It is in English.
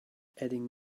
adding